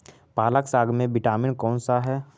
पालक साग में विटामिन कौन सा है?